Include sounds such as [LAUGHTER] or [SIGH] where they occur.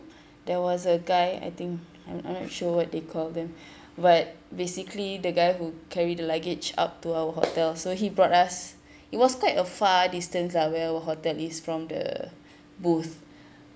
there was a guy I think I I not sure what they call them [BREATH] but basically the guy who carry the luggage up to our hotel so he brought us [BREATH] it was quite a far distance lah where our hotel is from the booth